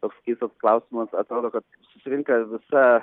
toks keistas klausimas atrodo kad susirinka visa